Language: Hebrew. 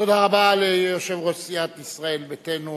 תודה רבה ליושב-ראש סיעת ישראל ביתנו